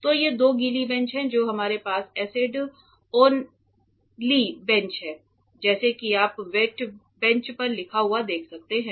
तो ये दो गीली बेंच हैं जो हमारे पास एसिड ओनली बेंच हैं जैसा कि आप वेट बेंच पर लिखा हुआ देख सकते हैं